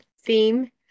theme